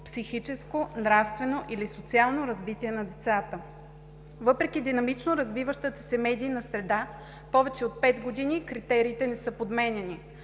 психическо, нравствено или социално развитие на децата. Въпреки динамично развиващата се медийна среда повече от пет години критериите не са подменяни.